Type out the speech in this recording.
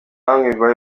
hamwe